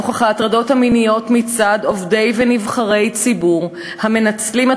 נוכח ההטרדות המיניות מצד עובדי ונבחרי ציבור המנצלים את